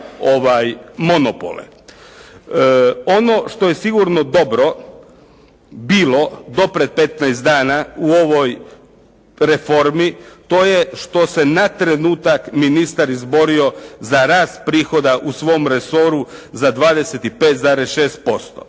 Ono što je sigurno dobro bilo do pred 15 dana u ovoj reformi to je što se na trenutak ministar izborio za rast prihoda u svom resoru za 25,6%.